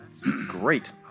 great